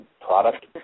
product